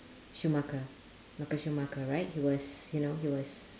schumacher michael schumacher right he was you know he was